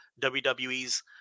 WWE's